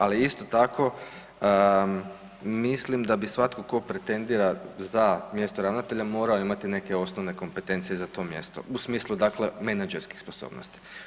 Ali isto tako mislim da bi svatko tko pretendira za mjesto ravnatelja morao imati neke osnovne kompetencije za to mjesto u smislu dakle menadžerskih sposobnosti.